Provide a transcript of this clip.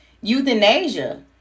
euthanasia